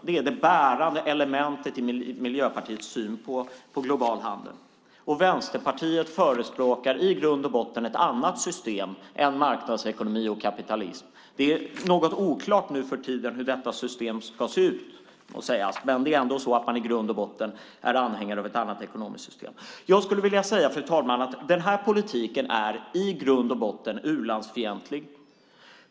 Det är det bärande elementet i Miljöpartiets syn på global handel. Vänsterpartiet förespråkar ett annat system än marknadsekonomi och kapitalism. Det är något oklart nu för tiden hur detta system ska se ut, men man är likväl anhängare av ett annat ekonomiskt system. Fru talman! Den här politiken är u-landsfientlig.